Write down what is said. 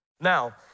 Now